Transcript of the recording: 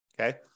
okay